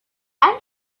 and